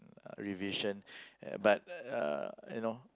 revision uh but uh you know